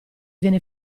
viene